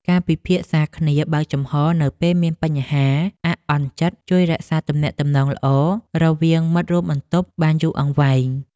ការពិភាក្សាគ្នាបើកចំហរនៅពេលមានបញ្ហាអាក់អន់ចិត្តជួយរក្សាទំនាក់ទំនងល្អរវាងមិត្តរួមបន្ទប់បានយូរអង្វែង។